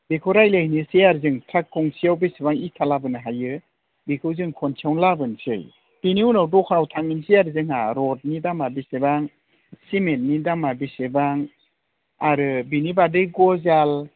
बेखौ रायलायहोनोसै आरो जों ट्राक गंसेआव बेसेबां इटा लाबोनो हायो बेखौ जों खनसेआवनो लाबोनोसै बिनि उनाव द'खानाव थांनोसै आरो जोंहा रडनि दामा बेसेबां सिमेन्टनि दामा बेसेबां आरो बिनि बादै गजाल